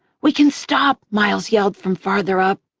we can stop! miles yelled from farther up.